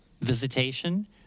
visitation